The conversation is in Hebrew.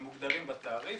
שמוגדרים בתעריף,